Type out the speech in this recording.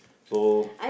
so